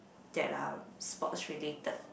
that are sports related